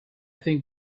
think